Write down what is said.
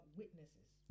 witnesses